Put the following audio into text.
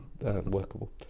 workable